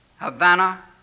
Havana